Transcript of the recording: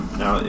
now